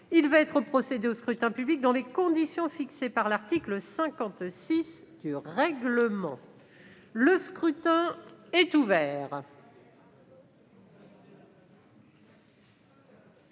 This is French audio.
Il va y être procédé dans les conditions fixées par l'article 56 du règlement. Le scrutin est ouvert.